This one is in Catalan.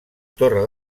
torre